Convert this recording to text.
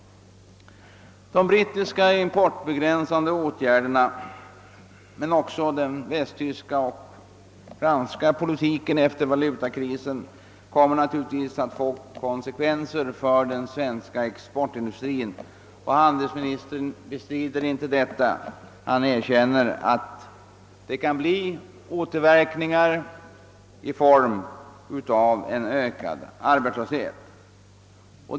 De brittiska importbegränsande åtgärderna liksom även den västtyska och franska politiken efter valutakrisen kommer naturligtvis att få konsekvenser för den svenska exportindustrin. Handelsministern bestrider inte detta. Han erkänner att det kan bli återverkningar i form av ökad arbetslöshet.